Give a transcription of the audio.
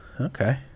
Okay